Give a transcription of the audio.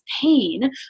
pain